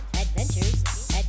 Adventures